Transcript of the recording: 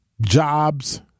jobs